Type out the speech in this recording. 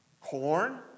corn